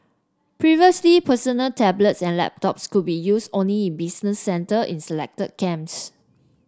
previously personal tablets and laptops could be used only in business centre in selected camps